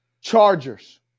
Chargers